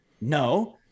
No